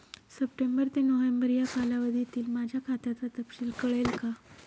September ते November या कालावधीतील माझ्या खात्याचा तपशील कळेल का?